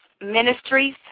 Ministries